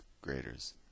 graders